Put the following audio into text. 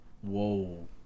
whoa